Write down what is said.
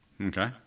okay